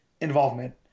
involvement